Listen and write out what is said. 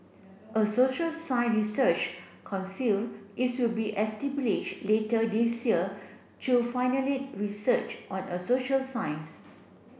a social science research conceal is will be establish later this year to finally research on a social science